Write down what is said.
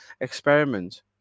experiment